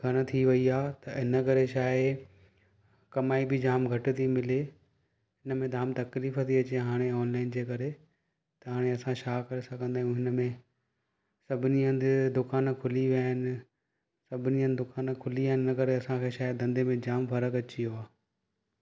खन थी वई आहे त हिन करे छा ऐं कमाई बि जाम घटि थी मिले न में धाम तकलीफ़ थी अची हाणे ऑनलाइन जे करे त हाणे असां छा करे सघंदा आहियूं हिनमें सभिनी हंधि दुकान खुली विया आहिनि सभिनी हंधि दुकान खुली विया आहिनि हिन करे असांखे छा ऐं धंधे में जाम फ़र्कु अची वियो आहे